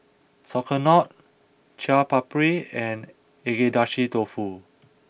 Sauerkraut Chaat Papri and Agedashi Dofu